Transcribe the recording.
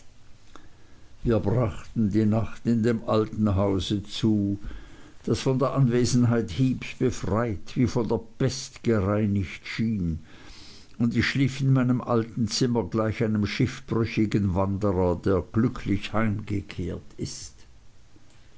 wir brachten die nacht in dem alten hause zu das von der anwesenheit heeps befreit wie von der pest gereinigt erschien und ich schlief in meinem alten zimmer gleich einem schiffbrüchigen wanderer der glücklich heimgekehrt ist